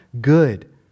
Good